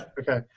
Okay